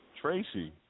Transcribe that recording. Tracy